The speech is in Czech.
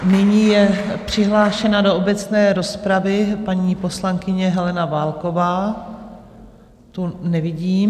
Nyní je přihlášena do obecné rozpravy paní poslankyně Helena Válková Nevidím.